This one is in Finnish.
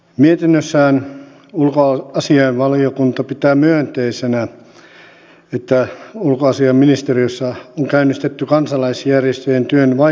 mietinnössään ulkoasiainvaliokunta pitää myönteisenä että ulkoasiainministeriössä on käynnistetty kansalaisjärjestöjen työn vaikuttavuuden arviointi